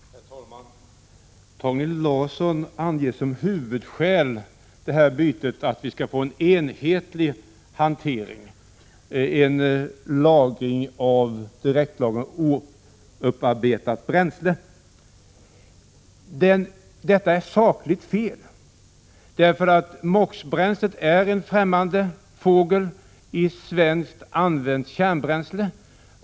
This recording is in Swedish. Herr talman! Torgny Larsson anger som huvudskäl för detta byte att vi skall få en enhetlig hantering och en direktlagring av använt kärnbränsle. Detta är sakligt fel. MOX-bränslet är nämligen en främmande fågel i svenskt använt kärnbränsle.